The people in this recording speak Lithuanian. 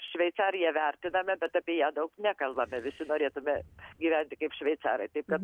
šveicariją vertiname bet apie ją daug nekalbame visi norėtume gyventi kaip šveicarai taip kad